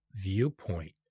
viewpoint